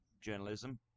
journalism